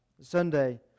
Sunday